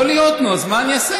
יכול להיות, נו, אז מה אני אעשה?